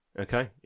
Okay